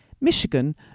Michigan